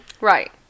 Right